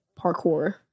parkour